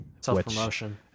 Self-promotion